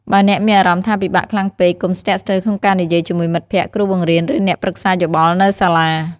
បើអ្នកមានអារម្មណ៍ថាពិបាកខ្លាំងពេក កុំស្ទាក់ស្ទើរក្នុងការនិយាយជាមួយមិត្តភក្តិ គ្រូបង្រៀន ឬអ្នកប្រឹក្សាយោបល់នៅសាលា។